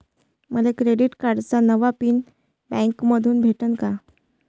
मले क्रेडिट कार्डाचा नवा पिन बँकेमंधून भेटन का?